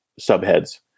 subheads